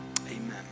Amen